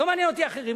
לא מעניין אותי אחרים,